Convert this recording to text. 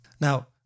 now